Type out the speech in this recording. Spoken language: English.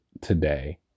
today